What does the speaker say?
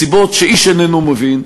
מסיבות שאיש איננו מבין,